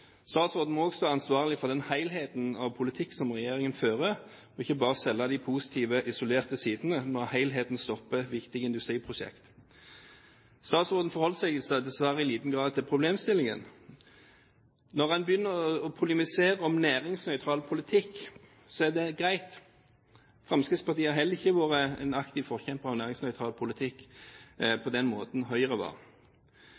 statsråden svarer. Statsråden må også stå ansvarlig for den helheten av politikk som regjeringen fører, og ikke bare selge de positive, isolerte sidene når helheten stopper viktige industriprosjekt. Statsråden forholdt seg dessverre i liten grad til problemstillingen. Når en begynner å polemisere om næringsnøytral politikk, er det greit. Fremskrittspartiet har heller ikke vært en aktiv forkjemper for næringsnøytral politikk